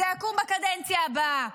זה יקום בקדנציה הבאה.